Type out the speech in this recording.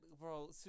Bro